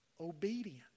Obedience